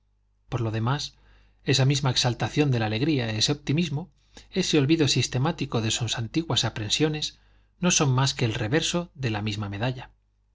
por lo demás esa misma exaltación de la alegría ese optimismo ese olvido sistemático de sus antiguas aprensiones no son más que el reverso de la misma medalla